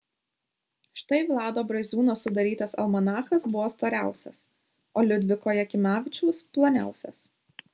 štai vlado braziūno sudarytas almanachas buvo storiausias o liudviko jakimavičiaus ploniausias